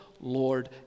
Lord